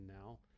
now